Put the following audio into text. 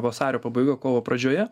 vasario pabaigoj kovo pradžioje